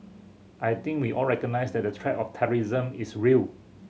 I think we all recognise that the threat of terrorism is real